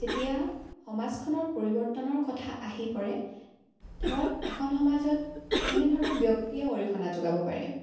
যেতিয়া সমাজখনৰ পৰিৱৰ্তনৰ কথা আহি পৰে ধৰক এখন সমাজত তেনেধৰণৰ ব্যক্তিয়ে অৰিহণা যোগাব পাৰে